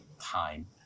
time